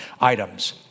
items